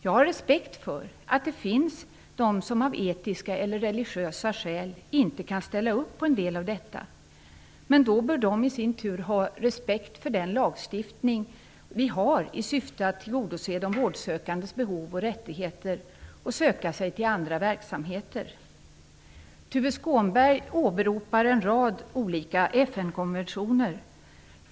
Jag har respekt för att det finns de som av etiska eller religiösa skäl inte kan ställa upp på en del av detta, men då bör de i sin tur ha respekt för den lagstiftning som vi har i syfte att tillgodose de vårdsökandes behov och rättigheter och söka sig till andra verksamheter. Tuve Skånberg åberopar en rad olika FN konventioner.